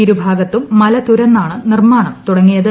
ഇരുഭാഗത്തും മല തുരന്നാണ് നിർമാണം തുടങ്ങിയത്